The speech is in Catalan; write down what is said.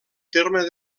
terme